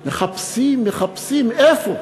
מחפשים, מחפשים, איפה?